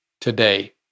today